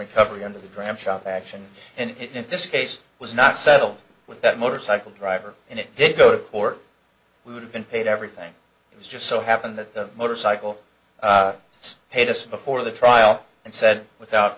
recovery under the dram shop action and in this case was not settled with that motorcycle driver and it did go to court we would have been paid everything it was just so happened that motorcycle it's paid us before the trial and said without